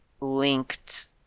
linked